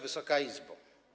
Wysoka Izbo!